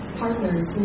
partners